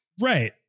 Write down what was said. Right